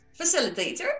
facilitator